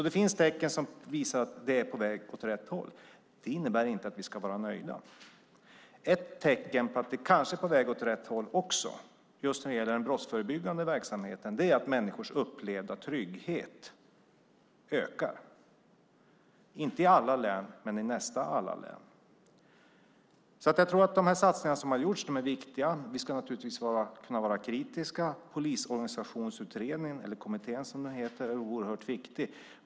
Det finns tecken som visar att det är på väg åt rätt håll. Det innebär inte att vi ska vara nöjda. Ett tecken på att det kanske är på väg åt rätt håll just när det gäller den brottsförebyggande verksamheten är att människors upplevda trygghet ökar. Det gäller inte i alla län, men nästan i alla län. De satsningar som har gjorts är viktiga. Vi ska naturligtvis kunna vara kritiska. Polisorganisationskommittén är oerhört viktig.